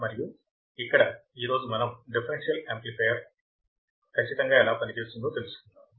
మరియు ఇక్కడ ఈ రోజు మనం డిఫరెన్షియల్ యాంప్లిఫైయర్ ఖచ్చితంగా ఎలా పని చేస్తుందో తెలుసుకుందాము